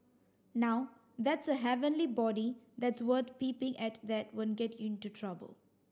now that's a heavenly body that's worth peeping at that won't get you into trouble